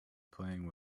playing